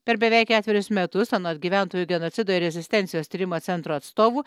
per beveik ketverius metus anot gyventojų genocido ir rezistencijos tyrimo centro atstovų